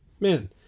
man